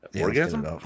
orgasm